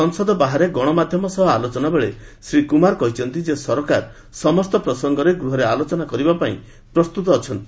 ସଂସଦ ବାହାରେ ଗଣମାଧ୍ୟମ ସହ ଆଲୋଚନା ବେଳେ ଶ୍ରୀ କୁମାର କହିଛନ୍ତି ଯେ ସରକାର ସମସ୍ତ ପ୍ରସଙ୍ଗରେ ଗୃହରେ ଆଲୋଚନା କରିବା ପାଇଁ ରାଜି ଅଛନ୍ତି